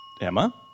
Emma